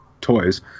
toys